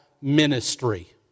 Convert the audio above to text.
ministry